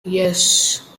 yes